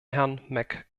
herrn